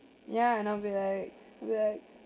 yeah and I'll be like be like